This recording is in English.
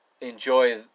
enjoy